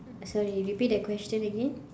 sorry repeat that question again